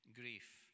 grief